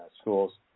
schools